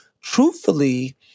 truthfully